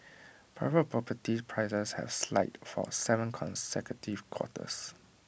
private property prices have slide for Seven consecutive quarters